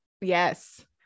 yes